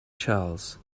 charles